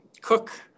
Cook